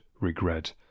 regret